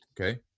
Okay